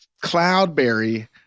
Cloudberry